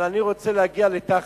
אבל אני רוצה להגיע לתכלית.